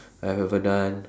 I've ever done